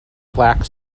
black